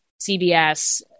CBS